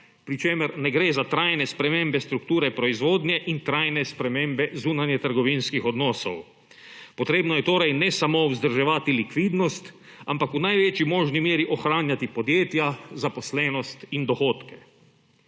pri čemer ne gre za trajne spremembe strukture proizvodnje in trajne spremembe zunanjetrgovinskih odnosov. Potrebno je torej ne samo vzdrževati likvidnost, ampak v največji možni meri ohranjati podjetja, zaposlenost in dohodke.